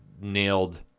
nailed